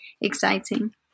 exciting